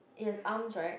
it has arms right